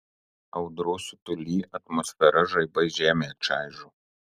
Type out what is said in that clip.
audros siutuly atmosfera žaibais žemę čaižo